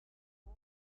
rom